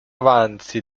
avanzi